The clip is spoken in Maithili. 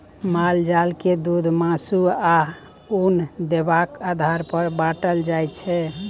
माल जाल के दुध, मासु, आ उन देबाक आधार पर बाँटल जाइ छै